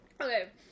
Okay